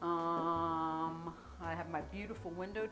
i have my beautiful window